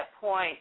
point